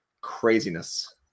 craziness